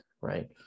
right